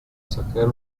sacar